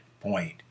point